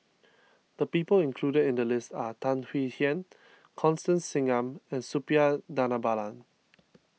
the people included in the list are Tan Swie Hian Constance Singam and Suppiah Dhanabalan